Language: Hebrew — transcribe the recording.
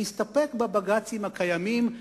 להסתפק בבג"צים הקיימים,